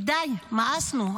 כי די, מאסנו.